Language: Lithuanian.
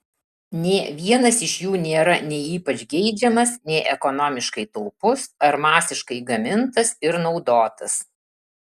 nė vienas iš jų nėra nei ypač geidžiamas nei ekonomiškai taupus ar masiškai gamintas ir naudotas